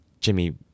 Jimmy